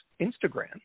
Instagram